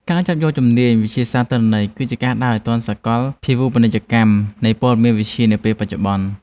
ការចាប់យកជំនាញវិទ្យាសាស្ត្រទិន្នន័យ គឺជាការដើរឱ្យទាន់សកលភាវូបនីយកម្មនៃព័ត៌មានវិទ្យានាពេលបច្ចុប្បន្ន។